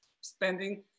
spending